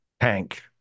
Tank